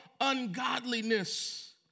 ungodliness